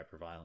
hyperviolence